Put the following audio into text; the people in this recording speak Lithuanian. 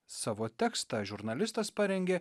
savo tekstą žurnalistas parengė